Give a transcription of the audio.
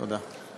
תודה.